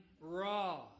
raw